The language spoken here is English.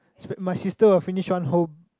my sister will finish one whole